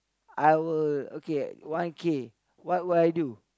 I will okay one K what will I do